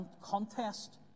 contest